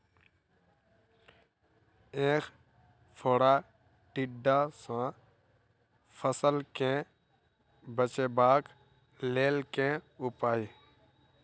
ऐंख फोड़ा टिड्डा सँ फसल केँ बचेबाक लेल केँ उपाय?